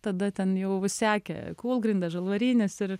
tada ten jau sekė kūlgrinda žalvarinis ir